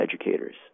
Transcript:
educators